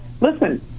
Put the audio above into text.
listen